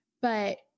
But-